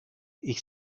ich